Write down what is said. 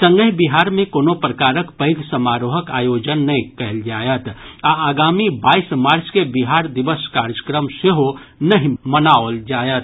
संगहि बिहार में कोनो प्रकारक पैघ समारोहक आयोजन नहि कैल जायत आ आगामी बाइस मार्च के बिहार दिवसक कार्यक्रम सेहो नहि मनाओल जायत